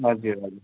हजुर हजुर